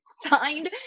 signed